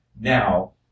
now